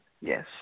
Yes